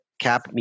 cap